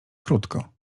krótko